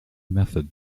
method